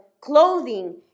clothing